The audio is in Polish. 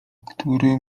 którym